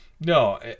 No